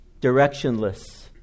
directionless